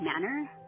manner